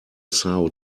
são